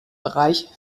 bereich